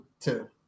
Two